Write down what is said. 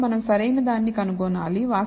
కాబట్టిమనం సరైన దాన్ని కనుగొనాలి